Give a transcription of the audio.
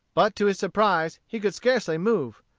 but to his surprise he could scarcely move.